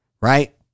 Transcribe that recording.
right